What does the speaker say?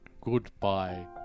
Goodbye